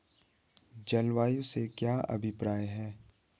जलवायु से क्या अभिप्राय है?